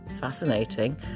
fascinating